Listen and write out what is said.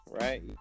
right